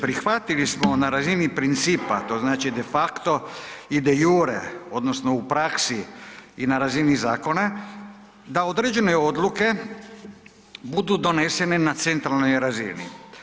Prihvatili smo na razini principa, to znači defakto i „de iure“ odnosno i u praksi i na razini zakona da određene odluke budu donesene na centralnoj razini.